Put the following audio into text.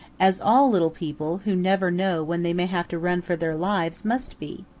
as all little people who never know when they may have to run for their lives must be.